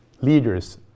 leaders